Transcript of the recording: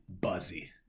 Buzzy